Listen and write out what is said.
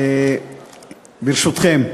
ברשותכם,